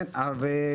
כאמור,